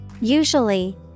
Usually